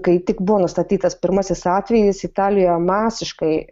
kai tik buvo nustatytas pirmasis atvejis italijoje masiškai